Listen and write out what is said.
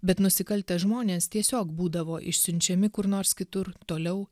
bet nusikaltę žmonės tiesiog būdavo išsiunčiami kur nors kitur toliau